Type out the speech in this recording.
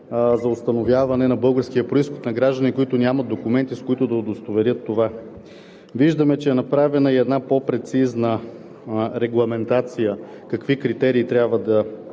за установяване на българския произход на граждани, които нямат документи, с които да удостоверят това. Виждаме, че е направена и една по-прецизна регламентация на какви критерии трябва да